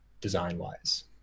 design-wise